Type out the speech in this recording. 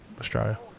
Australia